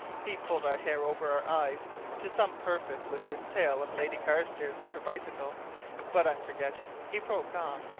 he pulled our hair over our eyes to some purpose with his tale of lady carstairs and her bicycle but i'm forgetting, he broke off,